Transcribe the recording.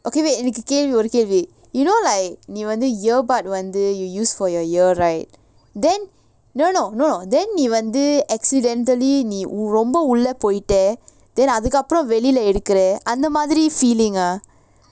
okay wait எனக்கு கேள்வி ஒரு கேள்வி:enakku kelvi oru kelvi you know like நீ வந்து:nee vanthu earbud வந்து:vanthu you use for your ear right then no no no no then நீ வந்து:nee vanthu accidentally நீ ரொம்ப உள்ள போயிட்டா:nee romba ulla poyittaa then அதுக்கு அப்புறம் வெளீல எடுக்குற அந்த மாதிரி:athukku appuram veleela edukkura antha maathiri feeling ah